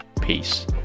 Peace